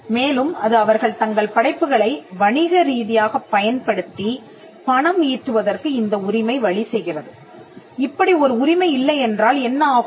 மேலும் அது அவர்கள் தங்கள் படைப்புகளை வணிகரீதியாகப் பயன்படுத்தி பணம் ஈட்டுவதற்கு இந்த உரிமை வழிசெய்கிறது இப்படி ஒரு உரிமை இல்லை என்றால் என்ன ஆகும்